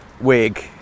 wig